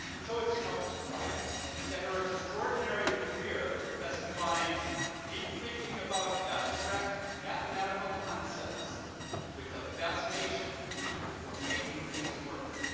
so, it's no surprise that her extraordinary career has combined deep thinking about abstract mathematical concepts with a fascination for making things work.